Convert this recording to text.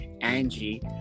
Angie